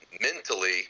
mentally